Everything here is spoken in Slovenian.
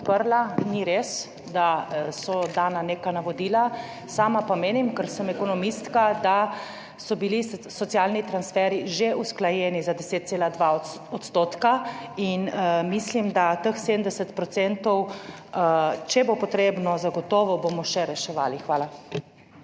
Ni res, da so dana neka navodila. Sama pa menim, ker sem ekonomistka, da so bili socialni transferji že usklajeni za 10,2 %, in mislim, da bomo teh 70 %, če bo potrebno, zagotovo še reševali. Hvala.